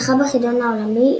זכה בחידון העולמי,